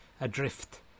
adrift